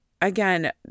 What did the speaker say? again